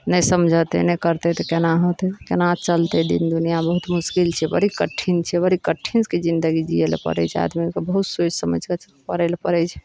नहि समझतै नहि करतै तऽ केना होयतै केना चलतै दिन दुनियाँ बहुत मुश्किल छै बड़ी कठिन छै बड़ी कठिनके जिन्दगी जीयै लए पड़ै छै आदमीके बहुत सोचि समझि कऽ करै लऽ पड़ै छै